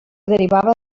derivava